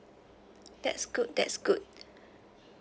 that's good that's good